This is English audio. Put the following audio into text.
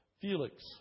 Felix